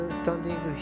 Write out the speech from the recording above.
standing